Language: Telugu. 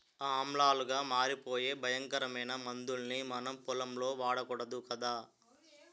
ఆమ్లాలుగా మారిపోయే భయంకరమైన మందుల్ని మనం పొలంలో వాడకూడదు కదా